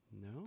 no